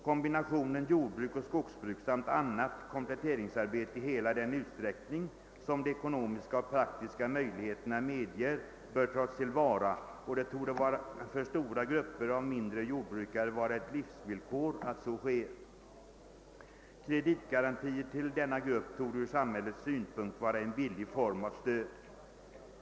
Kombinationen jordbruk och skogsbruk samt ett kompletteringsarbete i hela den utsträckning som de ekonomiska och praktiska möjligheterna medger bör tas till vara, och det torde för stora grupper av mindre jordbrukare vara ett livsvillkor att så sker. Kreditgarantier till denna grupp torde ur samhällets synpunkt vara en billig form av stöd.